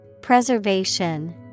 Preservation